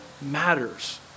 matters